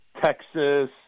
Texas